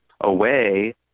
away